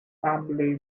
family